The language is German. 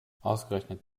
ausgerechnet